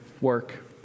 work